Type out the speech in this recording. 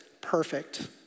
perfect